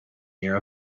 near